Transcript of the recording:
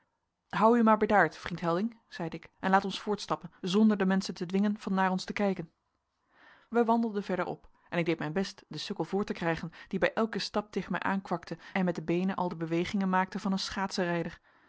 hou u maar bedaard vriend helding zeide ik en laat ons voortstappen zonder de menschen te dwingen van naar ons te kijken wij wandelden verder op en ik deed mijn best den sukkel voort te krijgen die bij elken stap tegen mij aankwakte en met de beenen al de bewegingen maakte van een